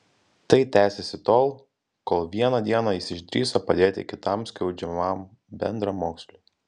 tai tęsėsi tol kol vieną dieną jis išdrįso padėti kitam skriaudžiamam bendramoksliui